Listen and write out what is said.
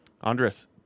Andres